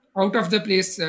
out-of-the-place